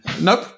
Nope